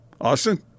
Austin